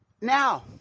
now